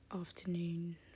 afternoon